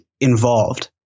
involved